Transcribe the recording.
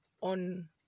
on